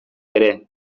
ere